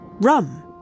rum